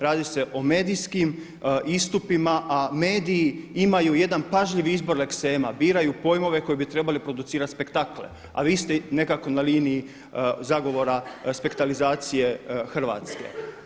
Radi se o medijskim istupima, a mediji imaju jedan pažljiv izbor leksema, biraju pojmove koje bi trebali producirati spektakle, a vi ste nekako na liniji zagovora spektalizacije Hrvatske.